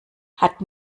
hat